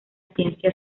ciencia